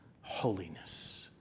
holiness